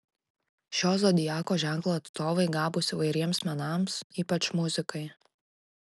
šio zodiako ženklo atstovai gabūs įvairiems menams ypač muzikai